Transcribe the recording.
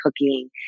cooking